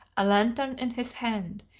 a lantern in his hand,